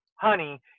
honey